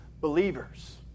believers